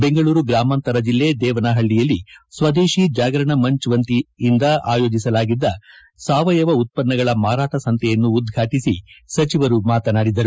ಬೆಂಗಳೂರು ಗ್ರಾಮಾಂತರ ಜಿಲ್ಲೆ ದೇವನಹಳ್ಳಿಯಲ್ಲಿ ಸ್ವದೇಶಿ ಜಾಗರಣ ಮಂಜ್ ವತಿಯಿಂದ ಆಯೋಜಿಸಲಾಗಿದ್ದ ಸಾವಯವ ಉತ್ತನ್ನಗಳ ಮಾರಾಟ ಸಂತೆಯನ್ನು ಉದ್ಘಾಟಿಸಿ ಸಚಿವರು ಮಾತನಾಡಿದರು